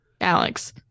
alex